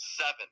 Seven